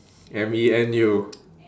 M E N U